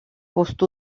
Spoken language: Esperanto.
post